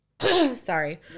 sorry